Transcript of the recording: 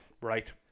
Right